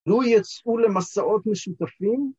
‫לא יצאו למסעות משותפים?